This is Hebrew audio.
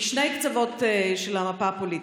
משני קצוות של המפה הפוליטית,